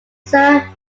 sir